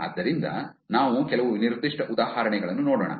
ಆದ್ದರಿಂದ ನಾವು ಕೆಲವು ನಿರ್ದಿಷ್ಟ ಉದಾಹರಣೆಗಳನ್ನು ನೋಡೋಣ